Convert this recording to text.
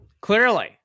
clearly